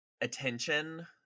attention